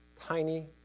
tiny